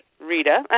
Rita